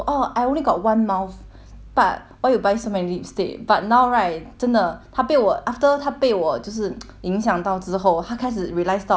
but why you buy so many lipstick but now right 真的她被我 after 她被我就是 影响到之后她开始 realize 到 lipstick the 美你知道吗